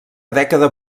dècada